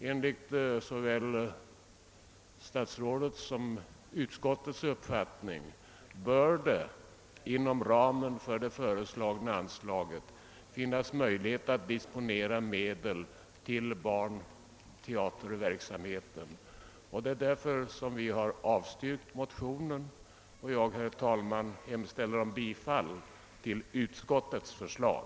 Enligt såväl statsrådets som utskottets uppfattning bör det inom ramen för det föreslagna anslaget finnas möjligheten att disponera medel till barnteaterverksamhet. Därför har vi inom utskottet avstyrkt motionen, och jag hemställer, herr talman, om bifall till utskottets förslag.